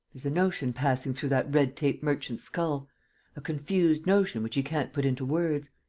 a notion passing through that red-tape-merchant's skull a confused notion which he can't put into words.